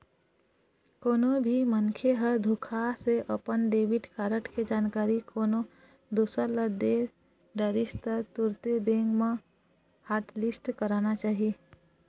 कोनो भी मनखे ह धोखा से अपन डेबिट कारड के जानकारी कोनो दूसर ल दे डरिस त तुरते बेंक म हॉटलिस्ट कराना चाही